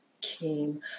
came